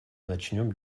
начнем